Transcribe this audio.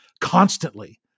constantly